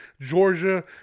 Georgia